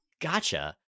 Gotcha